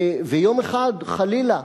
ויום אחד, חלילה,